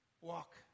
walk